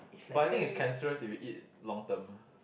but I think it's cancerous if you eat long term